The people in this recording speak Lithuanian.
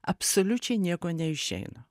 absoliučiai nieko neišeina